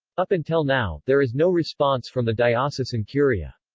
up until now, there is no response from the diocesan curia.